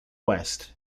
west